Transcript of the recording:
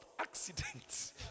accidents